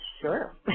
Sure